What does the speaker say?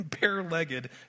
bare-legged